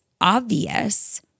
obvious